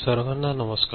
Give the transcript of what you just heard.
सर्वांना नमस्कार